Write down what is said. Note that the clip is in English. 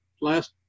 last